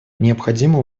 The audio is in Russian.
необходимо